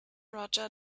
roger